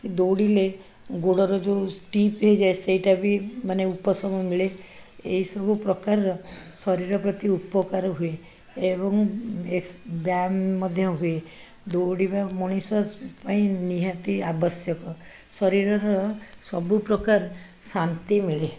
ଦୌଡ଼ିଲେ ଗୋଡ଼ର ଯେଉଁ ଷ୍ଟିଫ୍ ହେଇଯାଏ ସେଇଟା ବି ମାନେ ଉପସମ ମିଳେ ଏଇ ସବୁ ପ୍ରକାରର ଶରୀର ପ୍ରତି ଉପକାର ହୁଏ ଏବଂ ବ୍ୟାୟମ ମଧ୍ୟ ହୁଏ ଦୌଡ଼ିବା ମଣିଷ ପାଇଁ ନିହାତି ଆବଶ୍ୟକ ଶରୀରର ସବୁପ୍ରକାର ଶାନ୍ତି ମିଳେ